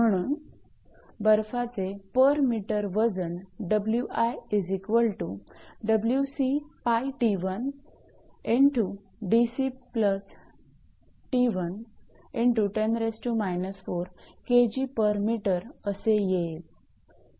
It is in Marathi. म्हणून बर्फाचे पर मीटर वजन 𝑊𝑖 𝑊𝑐𝜋𝑡1𝑑𝑐 𝑡1 × 10−4 𝐾𝑔𝑚 असे येईल